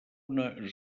una